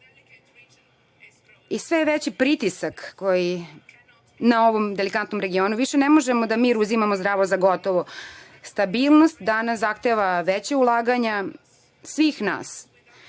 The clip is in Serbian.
i sve veći pritisak koji je na ovom delikatnom regionu. Više ne možemo da mir uzimamo zdravo za gotovo. Stabilnost danas zahteva veća ulaganja svih nas